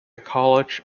college